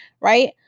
right